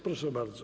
Proszę bardzo.